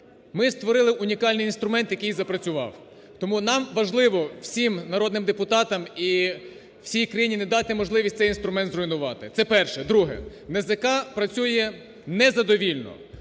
Ми створили унікальний інструмент, який запрацював. Тому нам важливо всім народним депутатам і всій країні не дати можливість цей інструмент зруйнувати. Це перше. Друге. НАЗК працює незадовільно.